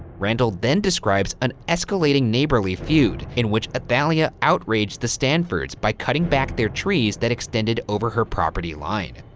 randall then describes an escalating neighborly feud in which athalia outraged the stanfords by cutting back their trees that extended over her property line.